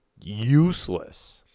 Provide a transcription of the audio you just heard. useless